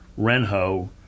Renho